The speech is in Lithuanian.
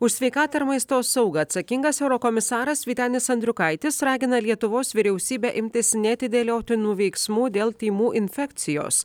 už sveikatą ir maisto saugą atsakingas eurokomisaras vytenis andriukaitis ragina lietuvos vyriausybę imtis neatidėliotinų veiksmų dėl tymų infekcijos